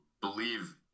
believe